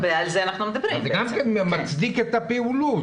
זה גם כן מצדיק את הפעילות.